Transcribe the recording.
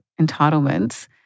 entitlements